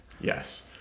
Yes